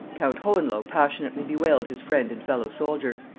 count hohenlo passionately bewailed his friend and fellow-soldier,